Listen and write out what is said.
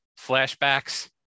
flashbacks